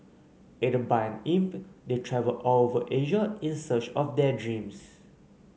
aided by imp they travel all over Asia in search of their dreams